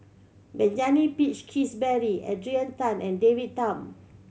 Benjamin Peach Keasberry Adrian Tan and David Tham